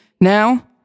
now